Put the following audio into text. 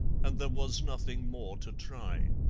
and there was nothing more to try.